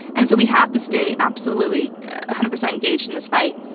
and so we have to stay absolutely a hundred percent engaged in this fight.